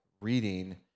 reading